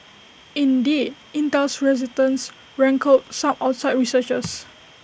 indeed Intel's reticence rankled some outside researchers